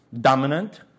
dominant